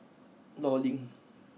Law Link